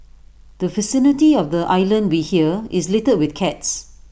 the vicinity of the island we hear is littered with cats